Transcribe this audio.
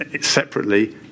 separately